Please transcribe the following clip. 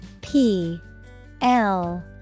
P-L